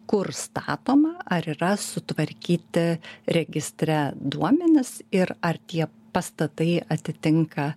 kur statoma ar yra sutvarkyti registre duomenys ir ar tie pastatai atitinka